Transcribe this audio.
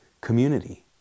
community